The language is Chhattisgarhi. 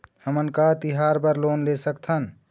हमन का तिहार बर लोन ले सकथन?